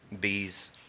bees